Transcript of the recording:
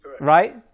Right